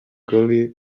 gully